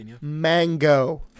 Mango